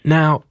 Now